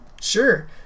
Sure